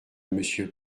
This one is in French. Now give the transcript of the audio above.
monsieur